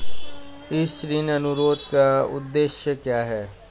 इस ऋण अनुरोध का उद्देश्य क्या है?